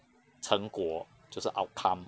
成果就是 outcome